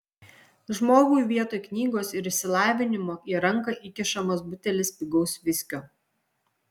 žmogui vietoj knygos ir išsilavinimo į ranką įkišamas butelis pigaus viskio